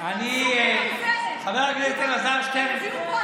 חבר הכנסת אלעזר שטרן,